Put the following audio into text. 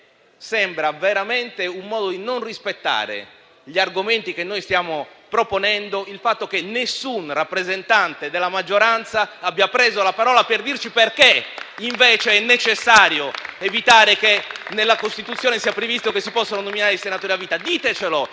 sembra veramente un modo di non rispettare gli argomenti che noi stiamo proponendo il fatto che nessun rappresentante della maggioranza abbia preso la parola per dirci perché invece è necessario evitare che nella Costituzione sia previsto che si possano nominare i senatori a vita. Ditecelo,